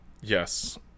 Yes